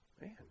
man